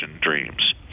dreams